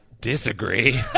disagree